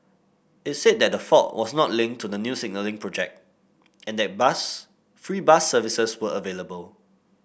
it said that the fault was not linked to the new signalling project and that bus free bus services were available